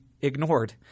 ignored